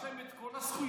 יש להם את כל הזכויות,